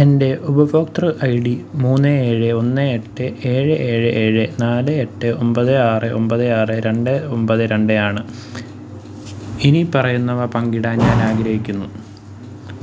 എൻ്റെ ഉപഭോക്തൃ I D മൂന്ന് ഏഴ് ഒന്ന് എട്ട് ഏഴ് ഏഴ് ഏഴ് നാല് എട്ട് ഒമ്പത് ആറ് ഒമ്പത് ആറ് രണ്ട് ഒമ്പത് രണ്ട് ആണ് ഇനിപ്പറയുന്നവ പങ്കിടാൻ ഞാൻ ആഗ്രഹിക്കുന്നു